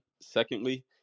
secondly